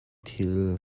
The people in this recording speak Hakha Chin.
thil